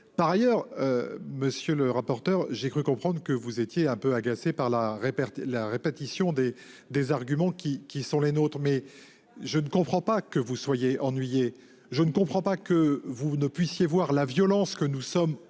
Par ailleurs. Monsieur le rapporteur, j'ai cru comprendre que vous étiez un peu agacé par la répercuter la répétition des, des arguments qui, qui sont les nôtres mais je ne comprends pas que vous soyez ennuyés. Je ne comprends pas que vous ne puissiez voir la violence que nous sommes